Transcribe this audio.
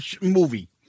movie